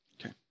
Okay